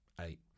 eight